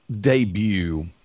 debut